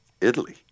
Italy